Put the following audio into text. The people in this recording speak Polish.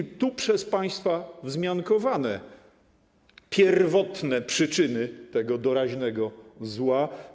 Chodzi o tu przez państwa wzmiankowane pierwotne przyczyny tego doraźnego zła.